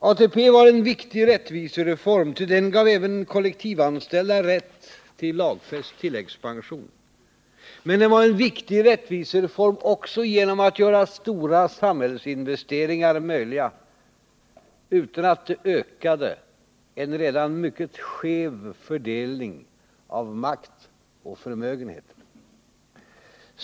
ATP varen viktig rättvisereform, ty den gav även kollektivanställda rätt till lagfäst tilläggspension. Men den var en viktig rättvisereform också genom att göra stora samhällsinvesteringar möjliga utan att det ökade en redan mycket skev fördelning av makt och förmögenheter.